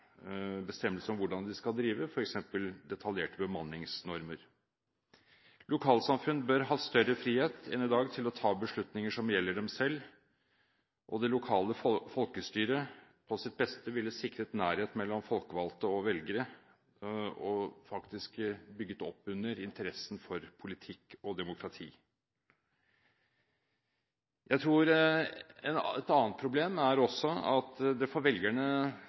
bestemmelser om hvordan de skal drive, f.eks. detaljerte bemanningsnormer. Lokalsamfunn bør ha større frihet enn i dag til å ta beslutninger som gjelder dem selv, og det lokale folkestyret på sitt beste ville sikret nærhet mellom folkevalgte og velgere og faktisk bygget opp under interessen for politikk og demokrati. Et annet problem er at det